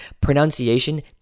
pronunciation